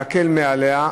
להקל עליה,